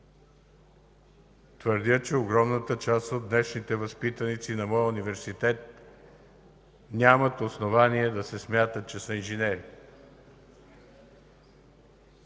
Твърдя, че огромната част от днешните възпитаници на моя университет нямат основание да смятат, че са инженери.